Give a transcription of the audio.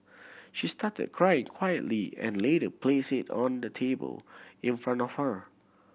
she started cry quietly and later placed it on the table in front of her